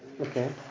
Okay